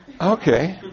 Okay